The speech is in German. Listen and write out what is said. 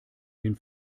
den